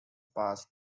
pass